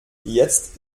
jetzt